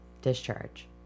discharge